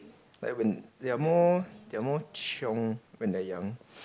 like when they're more they're more chiong when they're young